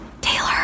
Taylor